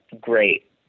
great